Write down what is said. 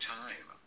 time